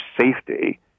safety